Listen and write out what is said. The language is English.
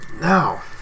Now